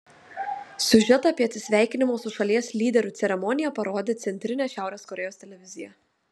siužetą apie atsisveikinimo su šalies lyderiu ceremoniją parodė centrinė šiaurės korėjos televizija